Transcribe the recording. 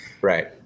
Right